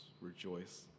rejoice